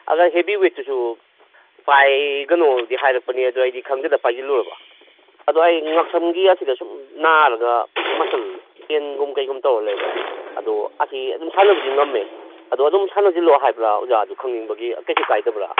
ꯑꯗ ꯍꯦꯕꯤ ꯋꯦꯠꯇꯨꯁꯨ ꯄꯥꯏꯒꯅꯣꯗꯤ ꯍꯥꯏꯔꯛꯄꯅꯤ ꯑꯗꯨꯗ ꯑꯩꯗꯤ ꯈꯪꯗꯗꯅ ꯄꯥꯏꯁꯤꯜꯂꯨꯔꯕ ꯑꯗꯣ ꯑꯩ ꯉꯛꯁꯝꯒꯤ ꯑꯁꯤꯗ ꯁꯨꯝ ꯅꯥꯔꯒ ꯃꯁꯜ ꯄꯦꯟꯒꯨꯝ ꯀꯩꯒꯨꯝ ꯇꯧꯔ ꯂꯩꯕ ꯑꯗꯣ ꯑꯁꯤ ꯁꯨꯝ ꯁꯥꯟꯅꯕꯗꯤ ꯉꯝꯃꯦ ꯑꯗꯣ ꯑꯗꯨꯝ ꯁꯥꯟꯅꯁꯤꯜꯂꯣ ꯍꯥꯏꯕ꯭ꯔꯥ ꯑꯣꯖꯥ ꯑꯗꯨ ꯈꯪꯅꯤꯡꯕꯒꯤ ꯀꯩꯁꯨ ꯀꯥꯏꯗꯕ꯭ꯔꯥ